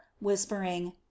whispering